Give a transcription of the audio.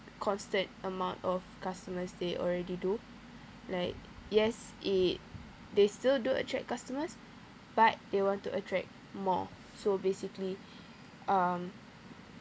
constant amount of customers they already do like yes it they still do attract customers but they want to attract more so basically um